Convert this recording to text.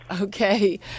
Okay